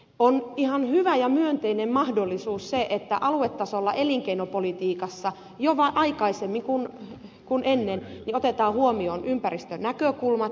on ihan hyvä ja myönteinen mahdollisuus se että aluetasolla elinkeinopolitiikassa jo aikaisemmin kuin ennen otetaan huomioon ympäristönäkökulmat